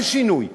אין שינוי.